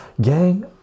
gang